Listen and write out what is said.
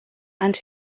and